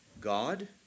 God